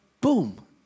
boom